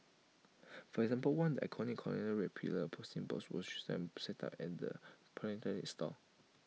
for example one iconic colonial red pillar posting boxes was restored and set up at the philatelic store